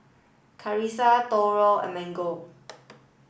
and Mango